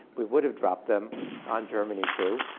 we would have dropped them on germany, too,